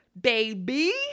baby